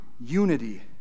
unity